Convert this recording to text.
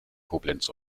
koblenz